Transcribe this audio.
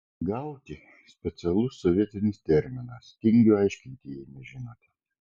gauti specialus sovietinis terminas tingiu aiškinti jei nežinote